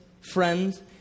friends